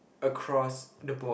across the board